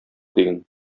диген